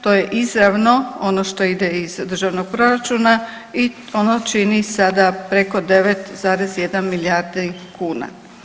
To je izravno ono što ide iz državnog proračuna i ono čini sada preko 9,1 milijardu kuna.